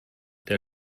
der